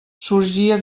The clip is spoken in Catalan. sorgia